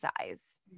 size